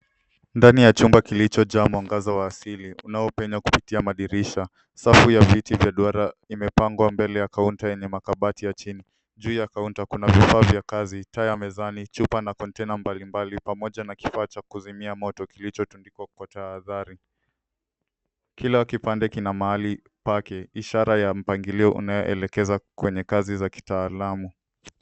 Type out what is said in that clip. Ndani ya chumba kilichojaa mwangaza wa asili unaopenya kupitia madirisha. Safu ya viti vya duara imepangwa mbele ya kaunta yenye makabati ya chini. Juu ya kaunta kuna vifaa vya kazi, taa ya mezani, chupa na kontena mbalimbali pamoja na kifaa cha kuzimia moto kilichotundikwa kwa tahadhari. Kila kipande kina mahali pake ishara ya mpangilio unaoelekeza kwenye kazi za kitaalamu.